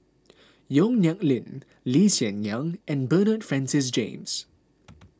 Yong Nyuk Lin Lee Hsien Yang and Bernard Francis James